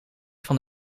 van